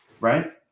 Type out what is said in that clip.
Right